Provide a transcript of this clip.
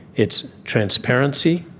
it's transparency,